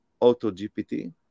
AutoGPT